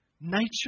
nature